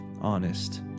honest